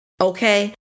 okay